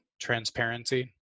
transparency